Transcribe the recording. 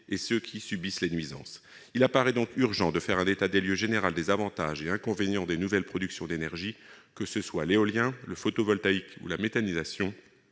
-et ceux qui subissent les nuisances. Il paraît donc urgent de faire un état général des lieux des avantages et inconvénients des nouveaux modes de production d'énergie, que ce soit l'éolien, le photovoltaïque ou la méthanisation,